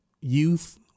youth